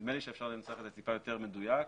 נדמה לי שאפשר לנסח את זה טיפה יותר מדויק.